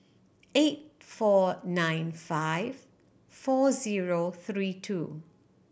eight four nine five four zero three two